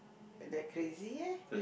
th~ that crazy eh